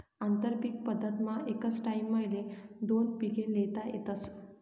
आंतरपीक पद्धतमा एकच टाईमले दोन पिके ल्हेता येतस